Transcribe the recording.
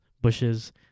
bushes